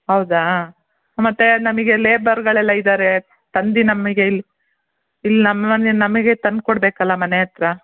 ಹೌದಾ ಮತ್ತು ನಮಗೆ ಲೇಬರ್ಗಳೆಲ್ಲ ಇದ್ದಾರೆ ತಂದು ನಮಗೆ ಇಲ್ಲಿ ಇಲ್ಲಿ ನಮ್ಮ ಮನೆ ನಮಗೆ ತಂದು ಕೊಡ್ಬೇಕಲ್ಲ ಮನೆ ಹತ್ರ